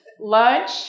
lunch